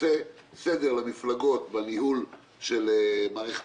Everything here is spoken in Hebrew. לבין סיעת יהדות